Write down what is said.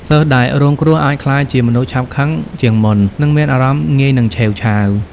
សិស្សដែលរងគ្រោះអាចក្លាយជាមនុស្ស ឆាប់ខឹង ជាងមុន និងមានអារម្មណ៍ងាយនឹងឆេវឆាវ។